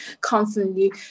constantly